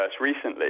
recently